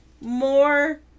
more